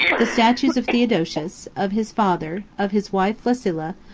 the statues of theodosius, of his father, of his wife flaccilla,